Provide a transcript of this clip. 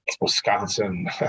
Wisconsin